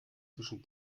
zwischen